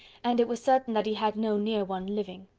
and it was certain that he had no near one living.